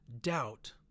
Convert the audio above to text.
Doubt